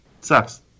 Sucks